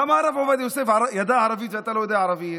למה הרב עובדיה יוסף ידע ערבית ואתה לא יודע ערבית?